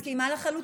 אני מסכימה לחלוטין.